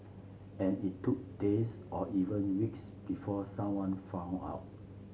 and it took days or even weeks before someone found out